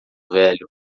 velho